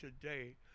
today